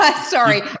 sorry